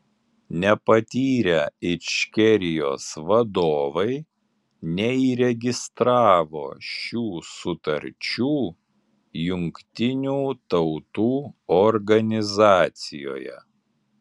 nepatyrę ičkerijos vadovai neįregistravo šių sutarčių jungtinių tautų organizacijoje